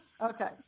Okay